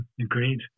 agreed